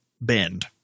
bend